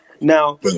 now